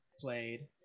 played